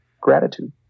gratitude